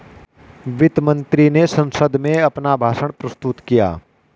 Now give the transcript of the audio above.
वित्त मंत्री ने संसद में अपना भाषण प्रस्तुत किया